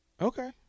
Okay